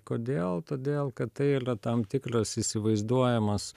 kodėl todėl kad tai ylia tam tikras įsivaizduojamas